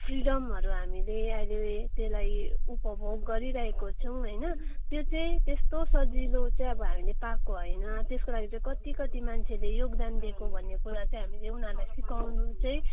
फ्रिडमहरू हामीले अहिले त्यसलाई उपभोग गरिरहेको छौँ हैन त्यो चाहिँ त्यस्तो सजिलो चाहिँ अब हामीले पाएको हैन त्यस्को लागि चाहिँ कति कति मान्छेले योगदान दिएको भन्ने कुरा चाहिँ हामीले उनीहरूलाई सिकाउनु चाहिँ